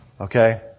Okay